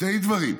שני דברים: